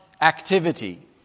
activity